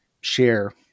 share